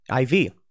IV